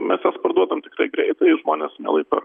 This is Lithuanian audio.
mes jas parduodam tikrai greitai žmonės mielai perka